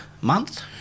month